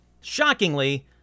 Shockingly